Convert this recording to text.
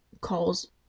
calls